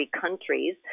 countries